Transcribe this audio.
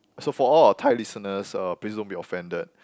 so for all our Thai listeners uh please don't be offended